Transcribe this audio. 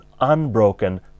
unbroken